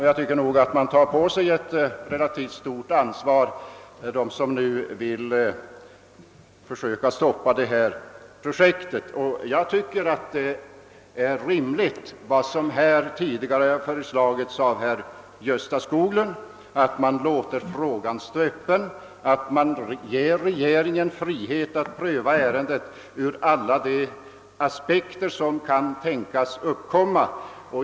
Jag tycker att de som vill stoppa detta projekt tar på sig ett relativt stort ansvar och anser att det av herr Gösta Skoglund framförda förslaget är rimligt, d.v.s. att låta frågan stå öppen och att åt regeringen ge frihet att pröva ärendet ur alla de aspekter som kan tänkas uppkomma.